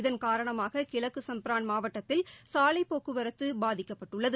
இதன் காரணமாககிழக்குசம்ப்ரான் மாவட்டத்தில் சாலைப் போக்குவரத்துபாதிக்கப்பட்டுள்ளது